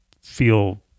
feel